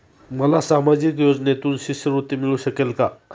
मला सामाजिक योजनेतून शिष्यवृत्ती मिळू शकेल का?